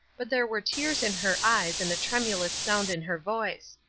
but there were tears in her eyes and a tremulous sound in her voice.